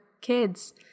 kids